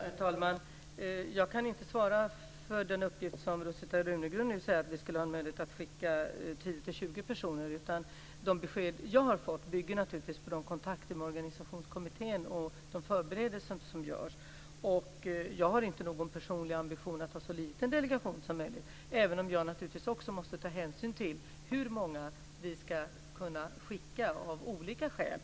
Herr talman! Jag kan inte svara för den uppgift som Rosita Runegrund nämner, att vi skulle ha möjlighet att skicka 10-20 personer. De besked jag har fått bygger naturligtvis på kontakter med organisationskommittén och på de förberedelser som görs. Jag har inte någon personlig ambition att ha en så liten delegation som möjligt, även om jag naturligtvis måste ta hänsyn till hur många vi ska kunna skicka av olika skäl.